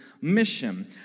mission